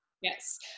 Yes